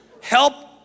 help